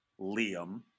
Liam